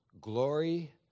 glory